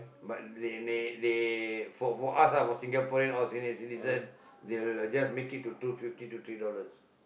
but they they they for for us lah for Singaporeans or senior citizen they like just make it to two fifty or three dollars